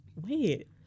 wait